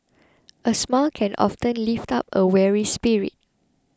a smile can often lift up a weary spirit